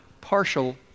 partial